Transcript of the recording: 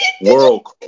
World